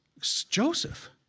Joseph